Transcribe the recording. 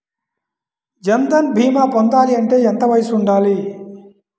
జన్ధన్ భీమా పొందాలి అంటే ఎంత వయసు ఉండాలి?